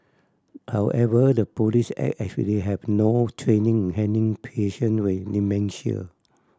however the police acted as if they have no training in handling patient with dementia